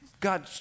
God